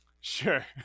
Sure